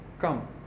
come